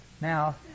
Now